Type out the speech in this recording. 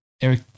Eric